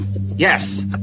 yes